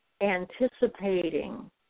anticipating